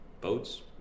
Boats